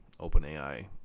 OpenAI